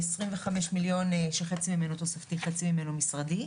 עשרים וחמש מיליון שחצי ממנו תוספתי וחצי ממנו משרדי.